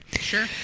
Sure